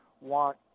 want